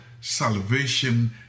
salvation